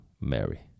Mary